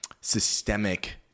systemic